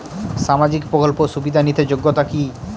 সামাজিক প্রকল্প সুবিধা নিতে যোগ্যতা কি?